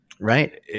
right